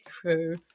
crew